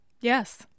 Yes